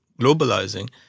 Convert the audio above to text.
globalizing